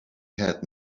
had